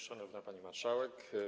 Szanowna Pani Marszałek!